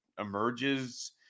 emerges